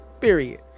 period